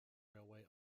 railway